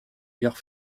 gare